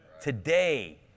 today